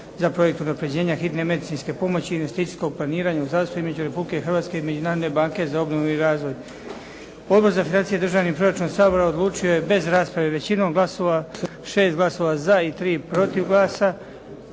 za projekt unaprjeđenja hitne medicinske pomoći investicijskog planiranja u zdravstvu između Republike Hrvatske i Međunarodne banke za obnovu i razvoj. Odbor za financije i državni proračun Sabora odlučio je bez rasprave većinom glasova, 6 glasova za i 3 protiv glasa,